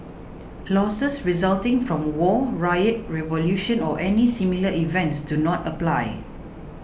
losses resulting from war riot revolution or any similar events do not apply